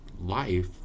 life